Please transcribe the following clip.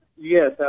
Yes